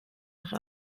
nach